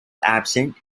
absent